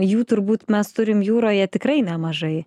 jų turbūt mes turim jūroje tikrai nemažai